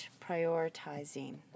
prioritizing